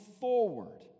forward